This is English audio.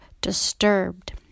disturbed